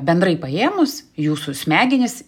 bendrai paėmus jūsų smegenys